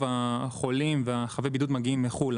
החולים ורוב חבי הבידוד מגיעים מחו"ל,